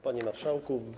Panie Marszałku!